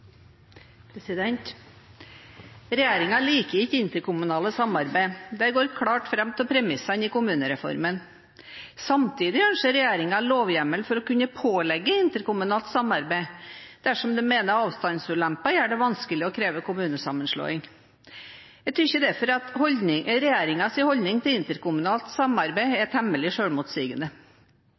liker ikke interkommunalt samarbeid. Det går klart fram av premissene i kommunereformen. Samtidig ønsker regjeringen lovhjemmel for å kunne pålegge interkommunalt samarbeid dersom de mener avstandsulemper gjør det vanskelig å kreve kommunesammenslåing. Jeg synes derfor at regjeringens holdning til interkommunalt samarbeid er temmelig